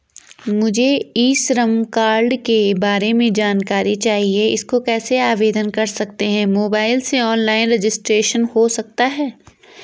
मुझे e Shram card के बारे में जानकारी चाहिए इसको कैसे आवेदन कर सकते हैं मोबाइल से ऑनलाइन रजिस्ट्रेशन हो सकता है?